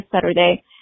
Saturday